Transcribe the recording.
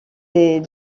des